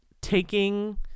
taking